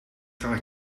krijg